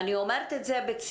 אני אומרת את זה בציניות,